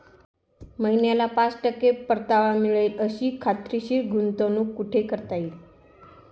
महिन्याला पाच टक्के परतावा मिळेल अशी खात्रीशीर गुंतवणूक कुठे करता येईल?